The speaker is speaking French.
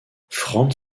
frantz